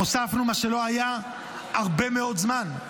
הוספנו מה שלא היה הרבה מאוד זמן.